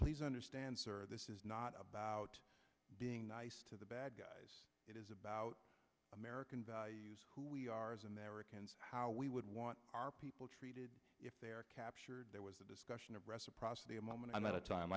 please understand sir this is not about being nice to the bad guys it is about american values who we are as americans how we would want our people treated if they are captured there was a discussion of reciprocity a moment i'm out of time